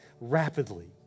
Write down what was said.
rapidly